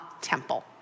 Temple